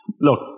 look